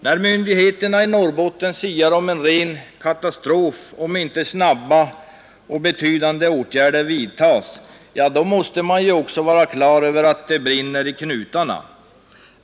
När myndigheterna i Norrbotten siar om en ren katastrof om inte betydande åtgärder vidtas snabbt, måste man också vara på det klara med att det brinner i knutarna.